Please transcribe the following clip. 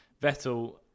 Vettel